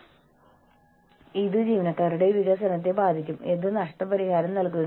മൂന്ന് വ്യത്യസ്ത രീതികളിലൂടെ നിങ്ങൾക്ക് തൊഴിൽ ബന്ധ പ്രക്രിയ നിയന്ത്രിക്കാൻ കഴിയും